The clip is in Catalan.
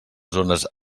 zones